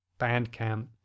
Bandcamp